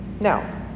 No